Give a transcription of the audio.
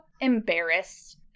embarrassed